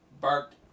barked